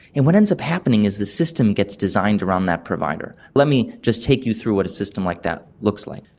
and what ends up happening is the system gets designed around that provider. let me just take you through what a system like that looks like.